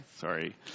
Sorry